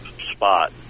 spot